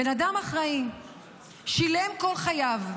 בן אדם אחראי ששילם כל חייו.